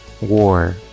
War